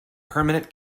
permanent